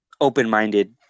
open-minded